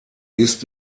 ist